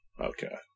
Okay